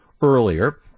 earlier